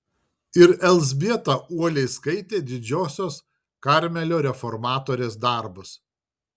ir elzbieta uoliai skaitė didžiosios karmelio reformatorės darbus